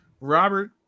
Robert